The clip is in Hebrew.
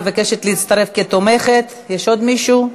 מתנגדים, אין נמנעים.